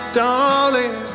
darling